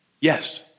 Yes